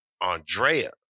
Andrea